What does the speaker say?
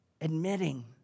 admitting